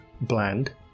Bland